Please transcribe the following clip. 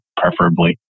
preferably